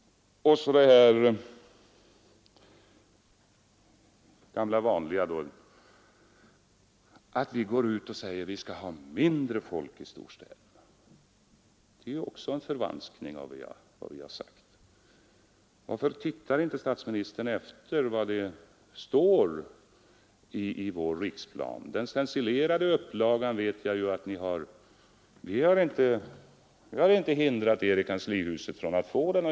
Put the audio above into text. Och så det här gamla vanliga påståendet att vi går ut och säger att vi vill ha mindre folk i storstäderna. Det är också en förvanskning av vad vi har sagt. Varför tittar inte statsministern efter vad det står i vår riksplan? Den stencilerade upplagan vet jag ju att ni har. Vi har inte hindrat er i kanslihuset från att få den.